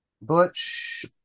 Butch